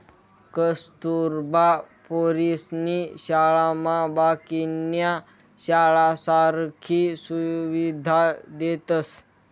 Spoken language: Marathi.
कस्तुरबा पोरीसनी शाळामा बाकीन्या शाळासारखी सुविधा देतस